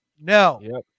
No